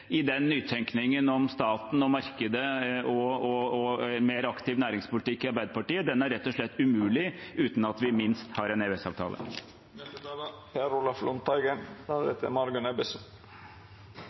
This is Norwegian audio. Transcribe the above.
i nytenkningen i Arbeiderpartiet om staten, markedet og en mer aktiv næringspolitikk. Det er rett og slett umulig uten at vi minst har en